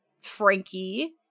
frankie